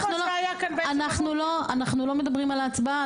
אנחנו לא מדברים על הצבעה.